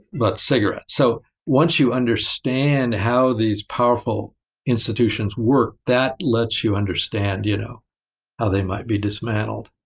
but cigarettes. so once you understand how these powerful institutions work, that lets you understand you know how they might be dismantled.